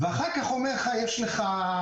ואחר כך הוא כותב שיש בעיה.